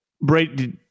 Brady